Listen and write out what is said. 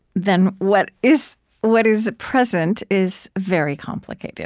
then what is what is present is very complicated